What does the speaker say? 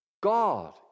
God